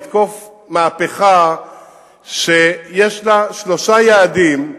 לתקוף מהפכה שיש לה שלושה יעדים,